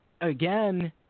again